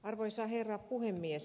arvoisa herra puhemies